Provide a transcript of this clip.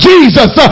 Jesus